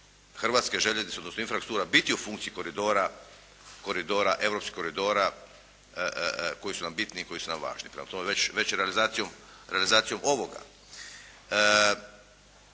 Hrvatske željeznice odnosno infrastruktura biti u funkciji koridora, europskog koridora koji su nam bitni i koji su nam važni. Prema tome veći i realizacijom,